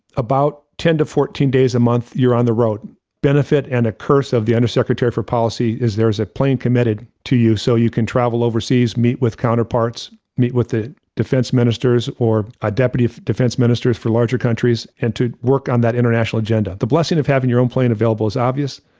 about ten to fourteen days a month, you're on the road benefit and a curse of the undersecretary for policy is there as a plane committed to you so you can travel overseas meet with counterparts meet with the defense ministers or a deputy defense ministers for larger countries and to work on that international agenda. the blessing of having your own plane available is obvious,